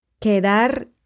Quedar